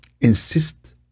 Insist